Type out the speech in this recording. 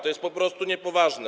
To jest po prostu niepoważne.